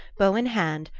bow in hand,